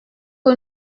que